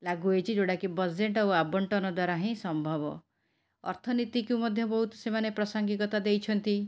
ଲାଗୁ ହେଇଛି ଯେଉଁଟାକି ବଜେଟ୍ ଆଉ ଆବଣ୍ଟନ ଦ୍ୱାରା ହିଁ ସମ୍ଭବ ଅର୍ଥନୀତିକୁ ବି ମଧ୍ୟ ବହୁତ ସେମାନେ ପ୍ରାସଙ୍ଗିକତା ଦେଇଛନ୍ତି